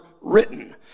written